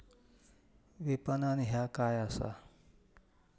विपणन ह्या काय असा?